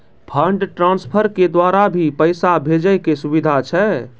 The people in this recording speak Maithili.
फंड ट्रांसफर के द्वारा भी पैसा भेजै के सुविधा छै?